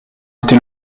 été